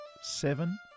seven